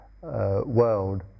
world